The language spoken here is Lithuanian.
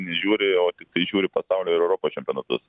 nežiūri o tiktai žiūri pasaulio ir europos čempionatus